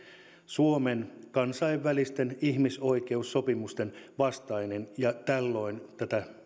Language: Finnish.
suomen kansainvälisten ihmisoikeussopimusten vastainen ja tällöin tätä